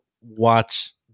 watch